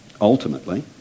ultimately